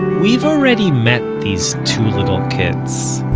we've already met these two little kids